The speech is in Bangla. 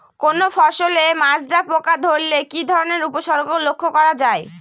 কোনো ফসলে মাজরা পোকা ধরলে কি ধরণের উপসর্গ লক্ষ্য করা যায়?